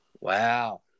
Wow